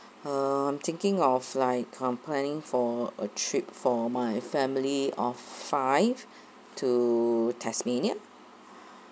um thinking of like come planning for a trip for my family of five to tasmania